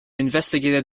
investigated